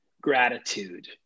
gratitude